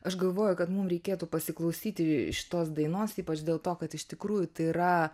aš galvoju kad mum reikėtų pasiklausyti šitos dainos ypač dėl to kad iš tikrųjų tai yra